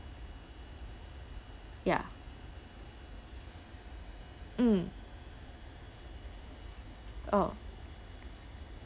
ya mm oh